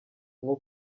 nko